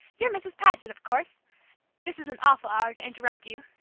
you're mrs. paget, of course this is an awful hour to interrupt you,